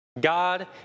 God